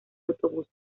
autobuses